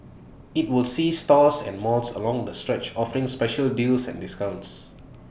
IT will see stores and malls along the stretch offering special deals and discounts